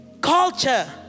Culture